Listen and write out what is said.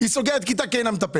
היא סוגרת כיתה כי אין לה מטפלת.